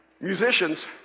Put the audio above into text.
Musicians